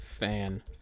Fan